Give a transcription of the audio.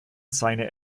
seine